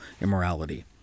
immorality